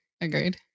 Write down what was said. Agreed